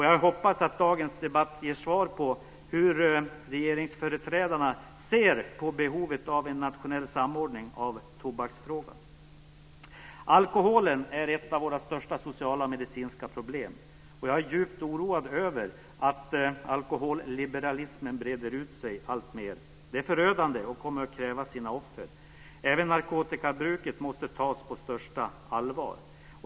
Jag hoppas att dagens debatt ger svar på hur regeringsföreträdarna ser på behovet av en nationell samordning av tobaksfrågan. Alkoholen är ett av våra största sociala och medicinska problem. Jag är djupt oroad över att alkoholliberalismen breder ut sig alltmer. Det är förödande och kommer att kräva sina offer. Även narkotikabruket måste tas på största allvar.